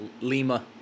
Lima